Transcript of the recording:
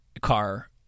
car